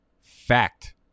Fact